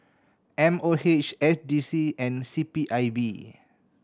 M O H S D C and C P I B